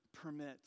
permit